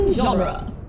Genre